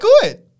good